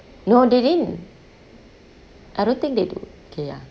no they didn't I don't think they do okay ya